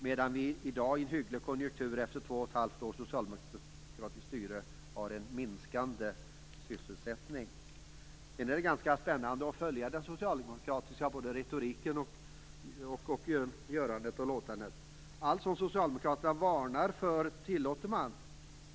I dag har vi en sjunkande sysselsättning, efter två och ett halvt år av socialdemokratiskt styre i en hygglig konjunktur. Det är spännande att följa den socialdemokratiska retoriken och socialdemokratiska göranden och låtanden. Allt som socialdemokraterna varnar för tillåter man.